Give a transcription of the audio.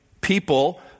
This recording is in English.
people